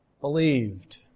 believed